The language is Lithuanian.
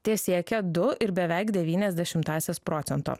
tesiekia du ir beveik devynias dešimtąsias procento